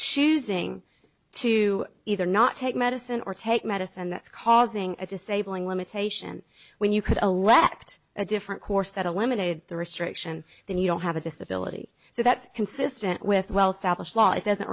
choosing to either not take medicine or take medicine that's causing a disabling limitation when you could elect a different course that eliminated the restriction then you don't have a disability so that's consistent with well established law it doesn't